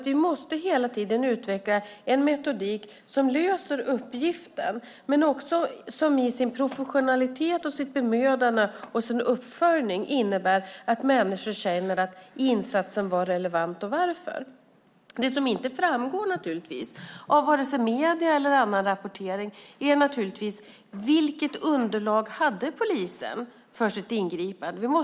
Vi måste hela tiden utveckla en metodik som löser uppgiften men som också i sin professionalitet, sitt bemödande och sin uppföljning innebär att människor känner att insatsen var relevant och förstår varför den gjordes. Det som inte framgår av vare sig medierna eller annan rapportering är vilket underlag polisen hade för sitt ingripande.